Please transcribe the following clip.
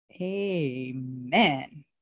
Amen